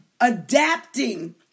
adapting